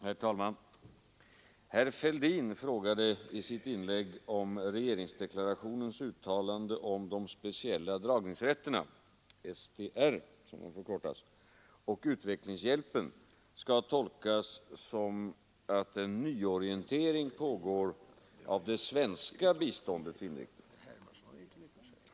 Herr talman! Herr Fälldin frågade i sitt inlägg om regeringsdeklarationens uttalande om de speciella dragningsrätterna — SDR — och utvecklingshjälpen skall tolkas så att en nyorientering pågår av det svenska biståndets inriktning.